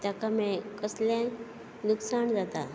ताका कसलें लुकसाण जाता